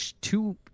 two